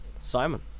simon